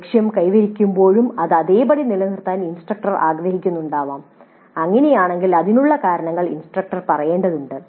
ലക്ഷ്യം കൈവരിക്കുമ്പോഴും അത് അതേപടി നിലനിർത്താൻ ഇൻസ്ട്രക്ടർ ആഗ്രഹിക്കുന്നുണ്ടാകാം അങ്ങനെയാണെങ്കിൽ അതിനുള്ള കാരണങ്ങൾ ഇൻസ്ട്രക്ടർ പറയേണ്ടതുണ്ട്